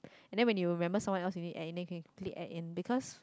and then when you remember someone else you need add in then can click add in because